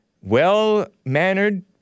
well-mannered